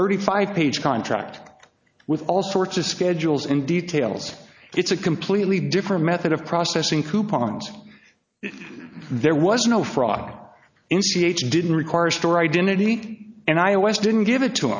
thirty five page contract with all sorts of schedules and details it's a completely different method of processing coupons there was no fraud in c h didn't require a store identity and i was didn't give it to